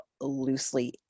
loosely